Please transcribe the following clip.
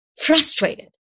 frustrated